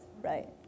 Right